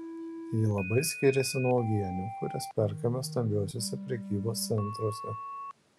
ji labai skiriasi nuo uogienių kurias perkame stambiuosiuose prekybos centruose